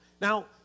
Now